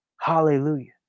Hallelujah